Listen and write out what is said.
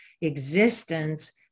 existence